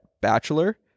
bachelor